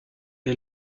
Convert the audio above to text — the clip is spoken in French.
est